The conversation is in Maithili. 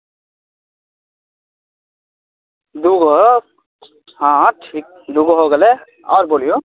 हँ बहुत बढ़िऑं जगह छै वहाँ चलबै तऽ वहॉँ चलु वहाँ घुमा दै छी हम अहाँकेँ